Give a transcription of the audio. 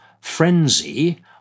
frenzy